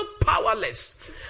powerless